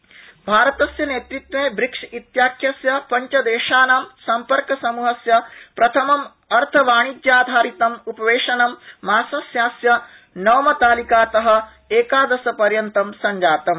BRICS उपवेशनम् भारतस्य नेतृत्वे ब्रिक्सइत्याख्यस्य पंचदेशानां सम्पर्कसमूहस्य प्रथमम् अर्थवाणिज्याधारितम् उपवेशनम् मासस्यास्य नवमतालिकात एकादशपर्यन्तं संजातम्